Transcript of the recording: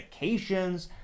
medications